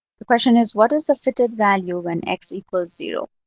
the question is, what is the fitted value when x equals zero?